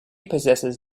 possesses